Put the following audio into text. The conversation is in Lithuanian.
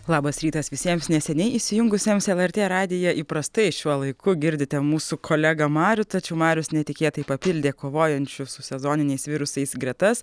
labas rytas visiems neseniai įsijungusiems lrt radiją įprastai šiuo laiku girdite mūsų kolegą marių tačiau marius netikėtai papildė kovojančius su sezoniniais virusais gretas